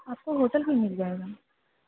आपको होटल भी मिल जाएगा